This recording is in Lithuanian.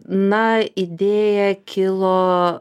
na idėja kilo